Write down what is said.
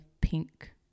pink